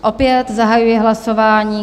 Opět zahajuji hlasování.